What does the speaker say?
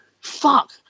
Fuck